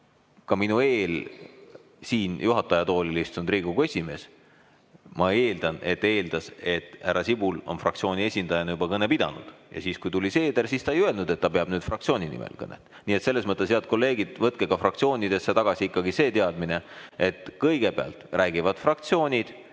ka enne mind siin juhataja toolil istunud Riigikogu esimees, ma eeldan, eeldas, et härra Sibul on fraktsiooni esindajana kõne pidanud. Ja siis, kui tuli Seeder, siis ta ei öelnud, et ta peab nüüd fraktsiooni nimel kõne. Nii et selles mõttes, head kolleegid, võtke ka fraktsioonidesse tagasi ikkagi see teadmine, et kõigepealt räägivad fraktsioonid